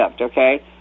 okay